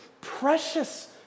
precious